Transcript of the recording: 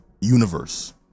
universe